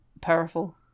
powerful